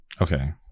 okay